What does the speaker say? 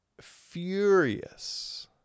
furious